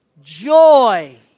Joy